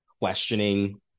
questioning